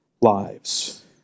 lives